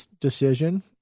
decision